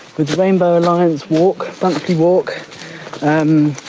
with the rainbow alliance walk monthly walk um,